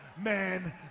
man